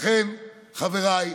לכן, חבריי,